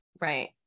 Right